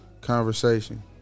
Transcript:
conversation